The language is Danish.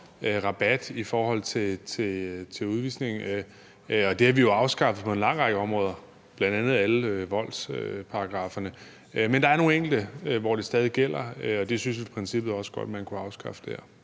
rabat i forhold til udvisning. Og det har vi jo afskaffet på en lang række områder, bl.a. i forhold til alle voldsparagrafferne. Men der er nogle enkelte, hvor det stadig gælder, og det synes jeg i princippet også godt man kunne afskaffe der.